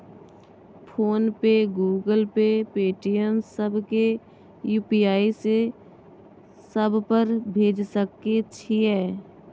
Phone पे, Google Pay, Paytm, सब के UPI से सब पर भेज सके छीयै?